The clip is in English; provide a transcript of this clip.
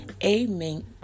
A-Mink